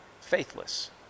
faithless